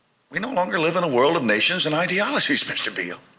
we no longer live in a world of nations and ideologies, mr. beale.